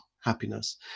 happiness